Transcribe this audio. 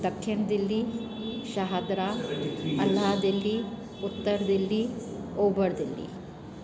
दखिण दिल्ली शाहदरा ओलह दिल्ली उत्तर दिल्ली ओभर दिल्ली